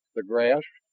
the grass,